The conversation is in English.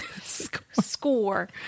Score